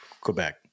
Quebec